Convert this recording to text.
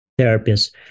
therapists